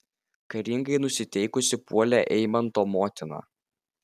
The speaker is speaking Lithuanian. karingai nusiteikusi puolė eimanto motina